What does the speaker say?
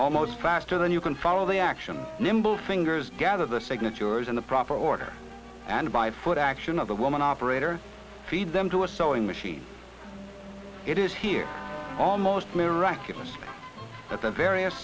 almost faster than you can follow the action nimble fingers gather the signatures in the proper order and by foot action of a woman operator feed them to a sewing machine it is here almost miraculous that the various